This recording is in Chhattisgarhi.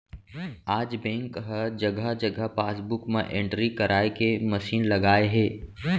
आज बेंक ह जघा जघा पासबूक म एंटरी कराए के मसीन लगाए हे